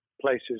places